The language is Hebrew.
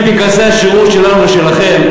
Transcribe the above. נשווה את פנקסי השירות שלנו ושלכם,